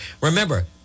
Remember